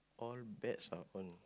all bets are on